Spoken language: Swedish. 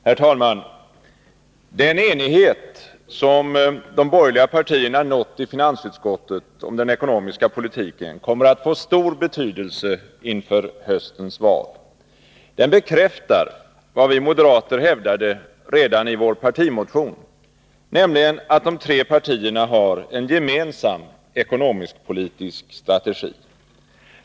Herr talman! Den enighet som de borgerliga partierna nått i finansutskottet om den ekonomiska politiken kommer att få stor betydelse inför höstens val. Den bekräftar vad vi moderater hävdade redan i vår partimotion, nämligen att de tre partierna har en gemensam ekonomisk-politisk strategi.